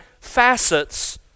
facets